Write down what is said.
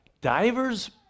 Divers